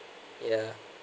yeah